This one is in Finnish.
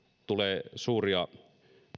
tulee suuria